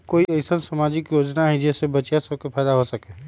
कोई अईसन सामाजिक योजना हई जे से बच्चियां सब के फायदा हो सके?